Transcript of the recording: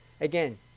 Again